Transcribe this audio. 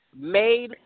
made